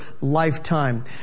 lifetime